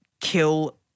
kill